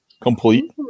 Complete